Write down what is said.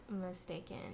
mistaken